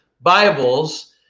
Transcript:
Bibles